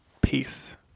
Peace